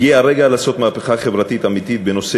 הגיע הרגע לעשות מהפכה חברתית אמיתית בנושא